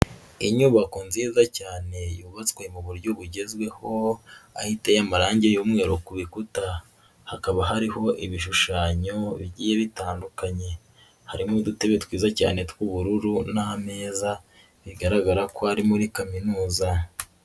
Inyubako nziza cyane yubatswe mu buryo bugezweho aho iteye amarangi y'umweru ku bikuta, hakaba hariho ibishushanyo bigiye bitandukanye, harimo udutebe twiza cyane tw'ubururu n'ameza, bigaragara ko ari muri kaminuza.